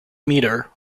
meter